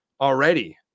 already